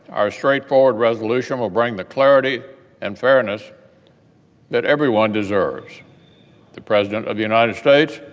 our straightforward resolution will bring the clarity and fairness that everyone deserves the president of the united states,